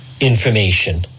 Information